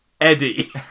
Eddie